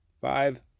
Five